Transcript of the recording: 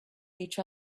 each